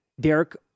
Derek